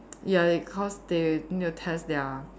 ya it cause they need to test their